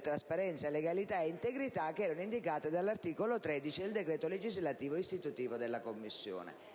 trasparenza, legalità ed integrità indicate nell'articolo 13 del decreto legislativo istitutivo della Commissione.